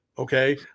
Okay